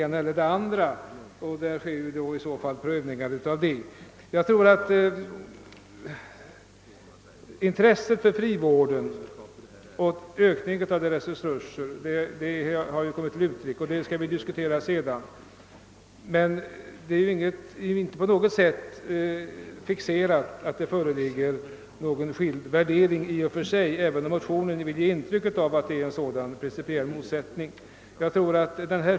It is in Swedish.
Intresset för frivården och för en ökning av dess resurser har kommit till uttryck i debatten. Det är emellertid inte på något sätt fixerat att det föreligger någon värdering, även om man i motionen vill ge intryck av en principiell motsättning.